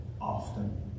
often